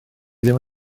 ddim